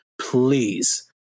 please